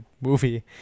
movie